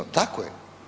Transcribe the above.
Tako je.